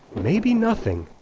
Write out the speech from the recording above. maybe nothing.